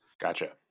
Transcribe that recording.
Gotcha